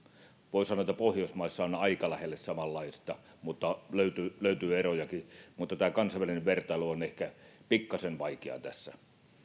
voi sanoa että pohjoismaissa on on aika lähelle samanlaista mutta löytyy erojakin tämä kansainvälinen vertailu on ehkä pikkasen vaikeaa tässä